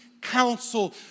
Counsel